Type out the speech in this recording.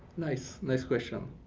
nice, nice question.